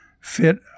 fit